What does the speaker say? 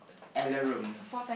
alarm